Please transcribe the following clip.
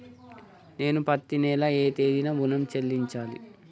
నేను పత్తి నెల ఏ తేదీనా ఋణం చెల్లించాలి?